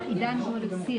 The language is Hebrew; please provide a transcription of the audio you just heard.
עד סוף אפריל.